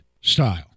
style